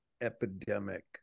epidemic